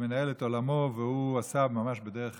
מנהל את עולמו והוא עשה, ממש בדרך